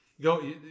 Go